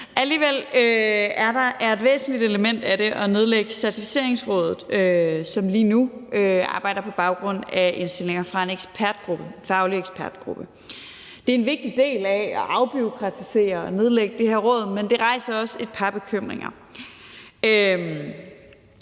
Alligevel er et væsentligt element af det at nedlægge Certificeringsrådet, som lige nu arbejder på baggrund af indstillinger fra en faglig ekspertgruppe. Det er en vigtig del af at afbureaukratisere at nedlægge det her råd, men det rejser jo også et par bekymringer.